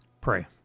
pray